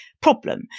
problem